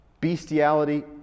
bestiality